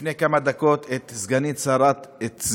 לפני כמה דקות את סגנית שר החוץ